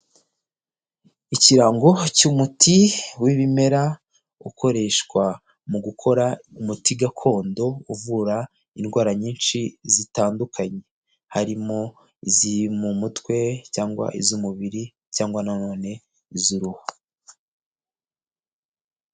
Ikirango cy'umuti w'ibimera ukoreshwa mu gukora umuti gakondo uvura indwara nyinshi zitandukanye harimo izo mu mutwe cyangwa iz'umubiri cyangwa nano iz'uruhu.